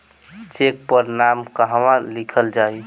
Check पर नाम कहवा लिखल जाइ?